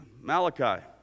Malachi